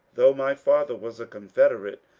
though my father was a confederate,